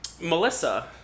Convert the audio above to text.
Melissa